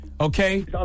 Okay